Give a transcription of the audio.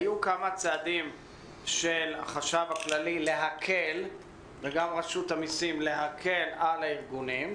היו כמה צעדים של החשב הכללי וגם של רשות המסים להקל על הארגונים.